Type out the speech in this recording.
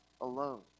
alone